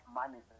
money